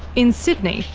in sydney,